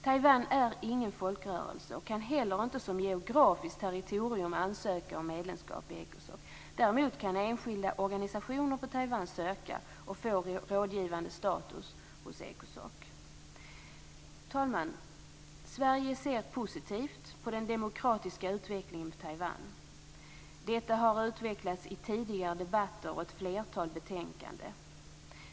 Taiwan är inte en folkrörelse och kan inte heller som geografiskt territorium ansöka om medlemskap i Ecosoc. Däremot kan enskilda organisationer på Taiwan söka och få rådgivande status hos Ecosoc. Fru talman! Sverige ser positivt på den demokratiska utvecklingen på Taiwan. Detta har utvecklats i tidigare debatter och i ett flertal betänkanden.